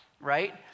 right